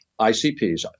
ICPs